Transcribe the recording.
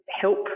help